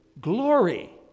glory